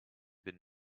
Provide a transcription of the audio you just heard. been